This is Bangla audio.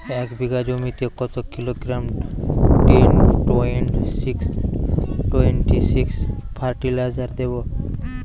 এক বিঘা জমিতে কত kilogram ten twenty six twenty six fertiliser দেবো?